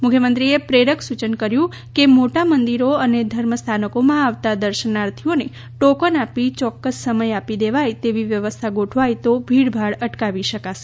મુખ્યમંત્રીએ પ્રેરક સૂચન કર્યું હતું કે મોટા મંદિરો અને ધર્મ સ્થાનકોમાં આવતા દર્શનાર્થીઓને ટોકન આપી ચોક્કસ સમય આપી દેવાય તેવી વ્યવસ્થા ગોઠવાય તો ભીડભાડ અટકાવી શકાશે